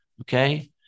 Okay